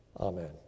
Amen